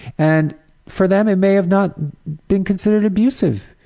and for them it may have not been considered abusive.